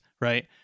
right